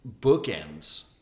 bookends